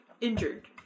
injured